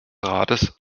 rates